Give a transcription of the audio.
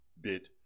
bit